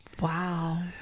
Wow